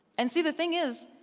and see, the thing is,